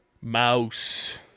Mouse